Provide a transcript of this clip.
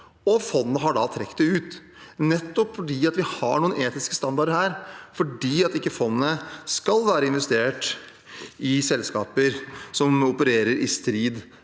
Fondet har da trukket dem ut – nettopp fordi vi har noen etiske standarder her, fordi fondet ikke skal være investert i selskaper som opererer i strid